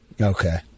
Okay